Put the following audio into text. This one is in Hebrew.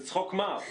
זה צחוק מר.